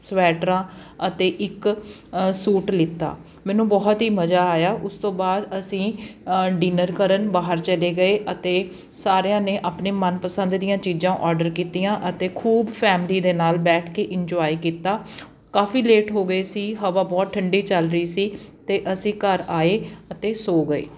ਸਵੈਟਰਾਂ ਅਤੇ ਇੱਕ ਸੂਟ ਲਿੱਤਾ ਮੈਨੂੰ ਬਹੁਤ ਹੀ ਮਜ਼ਾ ਆਇਆ ਉਸ ਤੋਂ ਬਾਅਦ ਅਸੀਂ ਡਿਨਰ ਕਰਨ ਬਾਹਰ ਚਲੇ ਗਏ ਅਤੇ ਸਾਰਿਆਂ ਨੇ ਆਪਣੇ ਮਨਪਸੰਦ ਦੀਆਂ ਚੀਜ਼ਾਂ ਔਡਰ ਕੀਤੀਆਂ ਅਤੇ ਖੂਬ ਫੈਮਿਲੀ ਦੇ ਨਾਲ ਬੈਠ ਕੇ ਇੰਜੋਏ ਕੀਤਾ ਕਾਫੀ ਲੇਟ ਹੋ ਗਏ ਸੀ ਹਵਾ ਬਹੁਤ ਠੰਡੀ ਚੱਲ ਰਹੀ ਸੀ ਅਤੇ ਅਸੀਂ ਘਰ ਆਏ ਅਤੇ ਸੌ ਗਏ